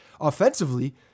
offensively